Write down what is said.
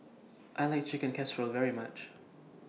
I like Chicken Casserole very much